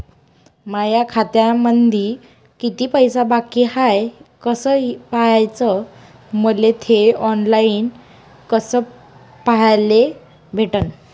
माया खात्यामंधी किती पैसा बाकी हाय कस पाह्याच, मले थे ऑनलाईन कस पाह्याले भेटन?